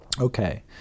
Okay